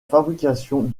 fabrication